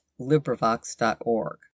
LibriVox.org